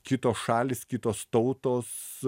kitos šalys kitos tautos